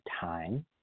Time